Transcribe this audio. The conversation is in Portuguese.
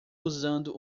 usando